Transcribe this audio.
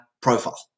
profile